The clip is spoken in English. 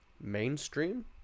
mainstream